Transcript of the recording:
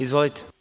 Izvolite.